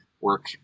work